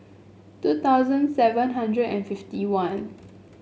two thousand seven hundred and fifty one